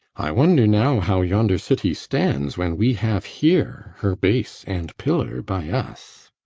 i wonder now how yonder city stands, when we have here her base and pillar by us.